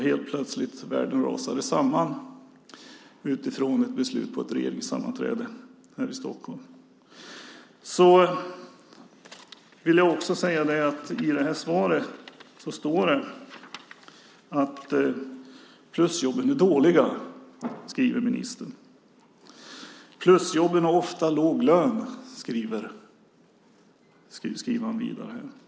Helt plötsligt rasade världen samman efter ett beslut på ett regeringssammanträde här i Stockholm. I svaret står det att plusjobben är dåliga. Det skriver ministern. Plusjobben har ofta låg lön, skriver han vidare.